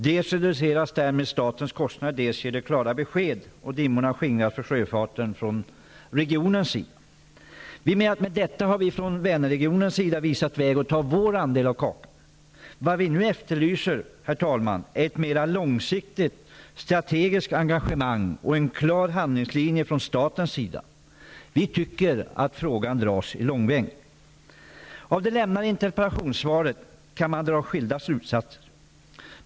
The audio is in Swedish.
Dels reduceras därmed statens kostnader, dels ger det klara besked och dimmorna skingras för sjöfarten från regionens sida. I och med detta, menar vi, har vi från Vänerregionens sida visat vägen och tar vår andel av kakan. Vad vi nu efterlyser, herr talman, är ett mer långsiktigt strategiskt engagemang och en klar handlingslinje från statens sida. Vi tycker att frågan dras i långbänk. Av det lämnade interpellationssvaret kan man dra skilda slutsatser.